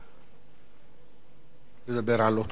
לדבר על אותו נושא במסגרת של עשר דקות.